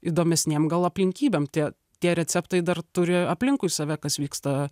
įdomesnėm gal aplinkybėm tie tie receptai dar turi aplinkui save kas vyksta